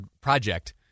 project